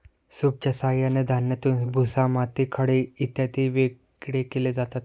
सूपच्या साहाय्याने धान्यातून भुसा, माती, खडे इत्यादी वेगळे केले जातात